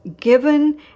given